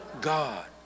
God